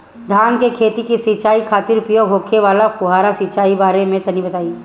धान के खेत की सिंचाई खातिर उपयोग होखे वाला फुहारा सिंचाई के बारे में तनि बताई?